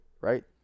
right